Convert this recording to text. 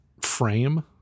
frame